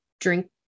drink